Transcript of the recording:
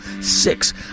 six